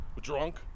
Drunk